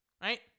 right